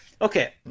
Okay